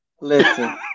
listen